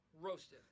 roasted